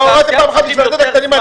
פה הורדתם פעם אחת לעסקים הקטנים.